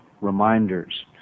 reminders